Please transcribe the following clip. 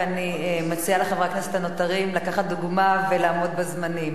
ואני מציעה לחברי הכנסת הנותרים לקחת דוגמה ולעמוד בזמנים.